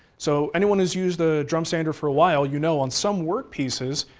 so anyone who's used a drum sander for a while, you know on some work pieces,